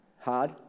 hard